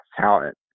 talent